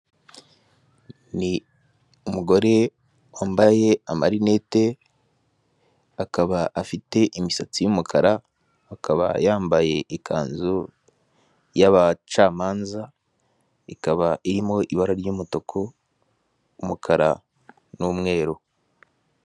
Ni umugore wambaye amarinete, akaba afite imisatsi y'umukara, akaba yambaye ikanzu y'abacamanza, ikaba irimo ibara ry'umutuku, umukara n'umweru.